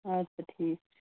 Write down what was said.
اَدٕ سا ٹھیٖک چھِ